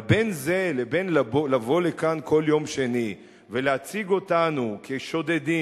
אבל בין זה לבין לבוא לכאן כל יום שני ולהציג אותנו כשודדים,